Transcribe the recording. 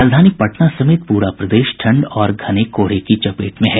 राजधानी पटना समेत प्रा प्रदेश ठंड और घने कोहरे की चपेट में हैं